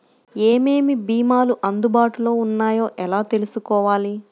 ఏమేమి భీమాలు అందుబాటులో వున్నాయో ఎలా తెలుసుకోవాలి?